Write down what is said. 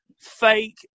fake